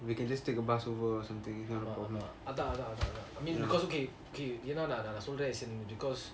ஆமா ஆமா அதன் அதன் அதன்:ama ama athan athan athan I mean because okay நான் சொல்றன்:naan solran okay because